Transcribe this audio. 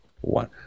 one